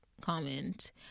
comment